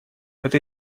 это